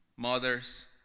mothers